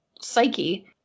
psyche